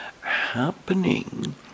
happening